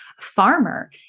farmer